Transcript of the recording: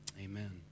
Amen